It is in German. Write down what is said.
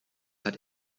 hat